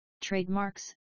trademarks